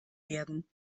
werden